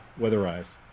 weatherized